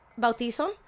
bautizo